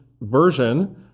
version